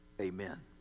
Amen